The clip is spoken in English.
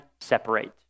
separate